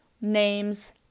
names